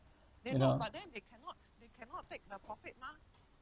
then uh